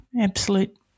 absolute